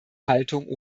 haltung